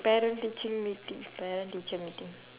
parent teacher meeting parent teacher meeting